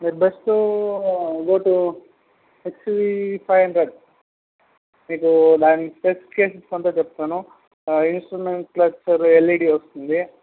మీరు best go to XUV five hundred మీకు దాని స్పెసిఫికేసన్స్ అంతా చెప్తాను ఇంస్ట్రుమెంట్ క్లస్టర్ ఎల్ఈడి వస్తుంది